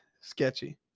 sketchy